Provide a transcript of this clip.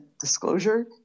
disclosure